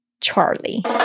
charlie